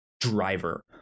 driver